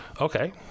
Okay